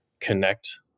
connect